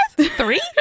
three